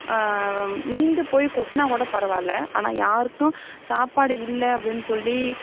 மீந்து போய் கொட்டினா கூட பரவாயில்ல ஆனால் யாருக்கும் சாப்பாடு இல்லை அப்படின் சொல்லி